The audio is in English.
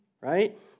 right